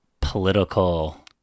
political